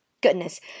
Goodness